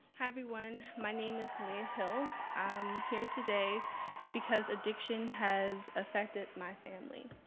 everyone. my name is leah hill. i'm here today because addiction has affected my family.